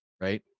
right